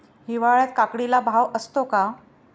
हिवाळ्यात काकडीला भाव असतो का?